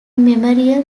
memorial